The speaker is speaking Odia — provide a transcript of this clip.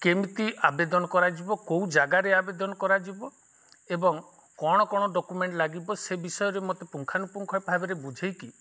କେମିତି ଆବେଦନ କରାଯିବ କେଉଁ ଜାଗାରେ ଆବେଦନ କରାଯିବ ଏବଂ କ'ଣ କ'ଣ ଡ଼କ୍ୟୁମେଣ୍ଟ ଲାଗିବ ସେ ବିଷୟରେ ମୋତେ ପୁଙ୍ଖାନୁପୁଙ୍ଖ ଭାବରେ ବୁଝେଇକି